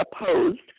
opposed